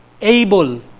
able